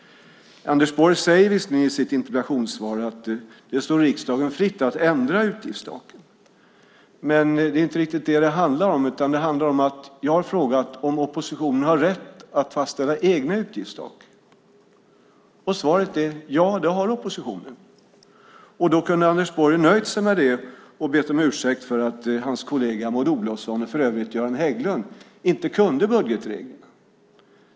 Anders Borg säger visserligen i sitt interpellationssvar att det står riksdagen fritt att ändra utgiftstaket. Men det är inte riktigt det som det handlar om. Det handlar om att jag har frågat om oppositionen har rätt att fastställa egna utgiftstak. Svaret är: Ja, det har oppositionen. Då kunde Anders Borg ha nöjt sig med det och bett om ursäkt för att hans kollega Maud Olofsson, och för övrigt Göran Hägglund, inte kunde budgetreglerna.